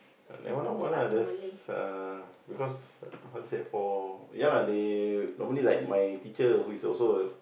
that one normal lah there's uh because how to say for ya lah they normally like my teacher who is also